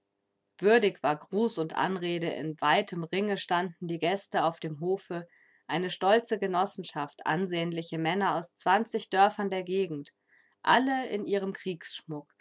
würdig war gruß und anrede in weitem ringe standen die gäste auf dem hofe eine stolze genossenschaft ansehnliche männer aus zwanzig dörfern der gegend alle in ihrem